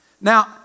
Now